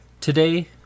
Today